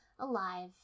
alive